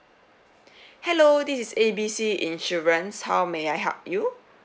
hello this is A B C insurance how may I help you